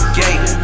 gate